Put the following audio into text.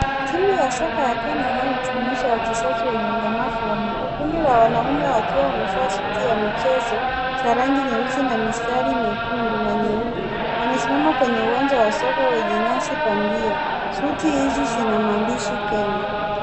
Timu ya soka ya Kenya inayojumuisha wachezaji wenye ulemavu wa miguu kundi la wanaume wakiwa wamevaa suti ya michezo za rangi nyeusi na mistari miekundu na mieupe wamesimama kwenye uwanja wa soka wenye nyasi bandia. Suti hizi zina maandishi Kenya.